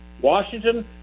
Washington